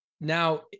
Now